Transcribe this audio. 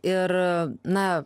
ir na